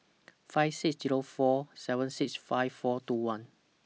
five six Zero four seven six five four two one